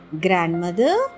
Grandmother